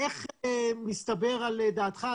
איך מסתבר לדעתך,